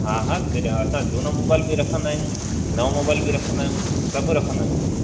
हा हा असां झूनो मोबाइल बि रखंदा आहियूं नओं मोबाइल बि रखंदा आहियूं सभु रखंदा आहियूं असां